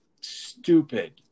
stupid